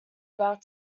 about